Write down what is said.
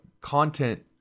content